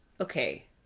okay